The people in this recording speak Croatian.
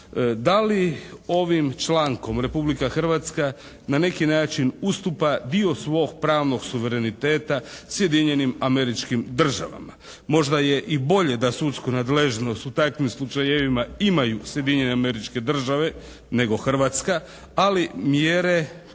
Da li ovim člankom Republika Hrvatska na neki način ustupa dio svog pravnog suvereniteta Sjedinjenim Američkim Državama? Možda je i bolje da sudsku nadležnost u sudskim slučajevima imaju Sjedinjene Američke Države nego Hrvatska, ali mjere